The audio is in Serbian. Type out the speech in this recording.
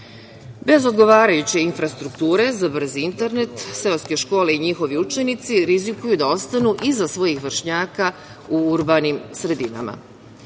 odgovarajuće infrastrukture za brzi internet seoske škole i njihovi učenici rizikuju da ostanu iza svojih vršnjaka u urbanim sredinama.